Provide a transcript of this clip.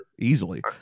Easily